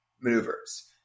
maneuvers